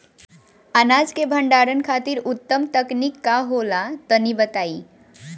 अनाज के भंडारण खातिर उत्तम तकनीक का होला तनी बताई?